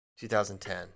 2010